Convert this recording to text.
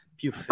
più